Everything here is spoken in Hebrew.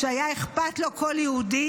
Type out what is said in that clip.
שהיה אכפת לו כל יהודי,